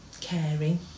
caring